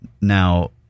Now